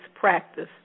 practice